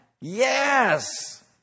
Yes